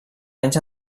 anys